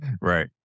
right